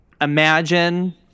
imagine